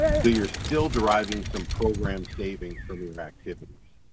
so you're still deriving some program savings from your activities.